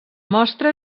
mostra